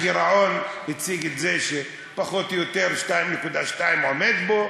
הגירעון הציג פחות או יותר 2.2% שעומדים פה,